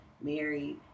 married